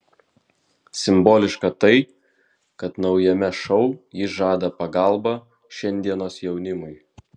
simboliška tai kad naujame šou ji žada pagalbą šiandienos jaunimui